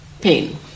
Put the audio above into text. pain